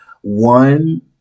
one